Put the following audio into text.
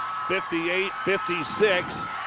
58-56